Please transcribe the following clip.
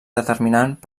determinant